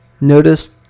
Notice